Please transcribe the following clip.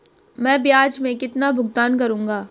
मैं ब्याज में कितना भुगतान करूंगा?